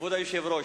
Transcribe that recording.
כבוד היושב-ראש,